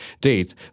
Date